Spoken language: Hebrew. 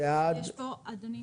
אדוני,